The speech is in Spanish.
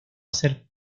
ser